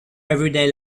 everyday